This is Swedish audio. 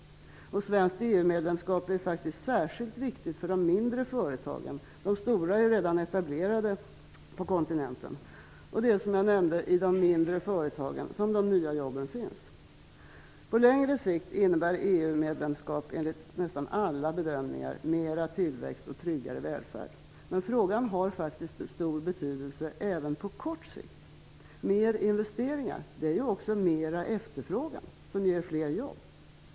Svenskt EU-medlemskap är faktiskt särskilt viktigt för de mindre företagen -- de stora är ju redan etablerade på kontinenten. Det är som jag nämnde i de mindre företagen som de nya jobben finns. På längre sikt innebär EU-medlemskap enligt nästan alla bedömningar mer tillväxt och tryggare välfärd. Men frågan har stor betydelse även på kort sikt. Mer investeringar är också mer efterfrågan som ger fler jobb.